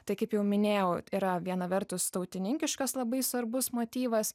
tai kaip jau minėjau yra viena vertus tautininkiškas labai svarbus motyvas